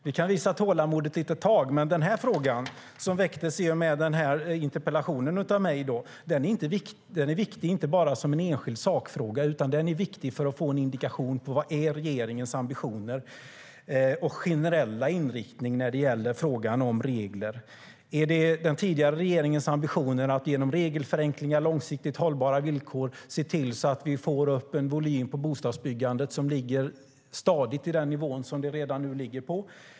Vi kan visa tålamod ett litet tag. Men den här frågan, som väcktes i och med min interpellation, är viktig inte bara som enskild sakfråga. Den är viktig för att få en indikation på regeringens ambitioner och generella inriktning när det gäller regler. Är regeringens ambitioner liksom den tidigare regeringens att genom regelförenklingar och långsiktigt hållbara villkor se till att vi får upp en volym på bostadsbyggandet som ligger stadigt på den nivå som vi redan nu ligger på?